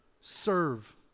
serve